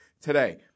today